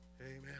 Amen